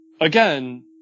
again